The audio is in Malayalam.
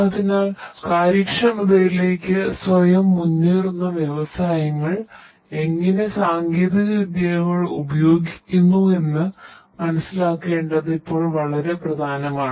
അതിനാൽ കാര്യക്ഷമതയിലേക്ക് സ്വയം മുന്നേറുന്ന വ്യവസായങ്ങൾ എങ്ങനെ സാങ്കേതികവിദ്യകൾ ഉപയോഗിക്കുന്നു എന്ന് മനസിലാക്കേണ്ടത് ഇപ്പോൾ വളരെ പ്രധാനമാണ്